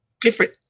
different